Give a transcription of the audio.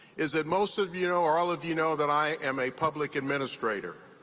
is that most of you know, or all of you know, that i am a public administrator.